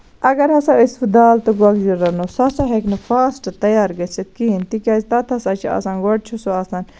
اَگر ہسا أسۍ ہُہ دال تہٕ گۄگجہِ رَنو سُہ ہسا ہیٚکہِ نہٕ فاسٹ تَیار گٔژِتھ کِہینۍ نہٕ تِکیازِ تَتھ ہسا چھُ آسان گۄڈٕ چھُ سُہ آسان